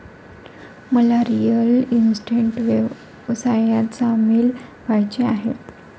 मला real estate व्यवसायात सामील व्हायचे आहे